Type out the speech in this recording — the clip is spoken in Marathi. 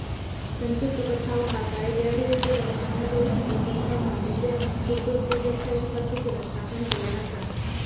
संकेत तुका ठाऊक हा काय, डेअरी उद्योगाक चालना देऊसाठी सरकारना दुग्धउद्योजकता विकास योजना स्थापन केल्यान आसा